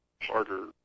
Harder